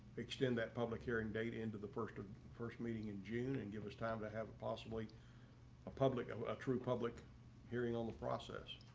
extend that public hearing date into the first first meeting in june and give us time to have a possibly a public ah a true public hearing on the process?